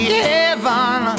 heaven